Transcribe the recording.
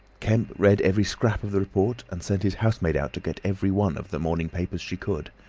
kemp read every scrap of the report and sent his housemaid out to get every one of the morning papers she could.